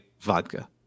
Vodka